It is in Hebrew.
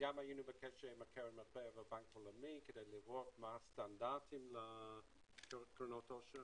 היינו בקשר עם הבנק העולמי כדי לראות מה הסטנדרטים לקרנות עושר,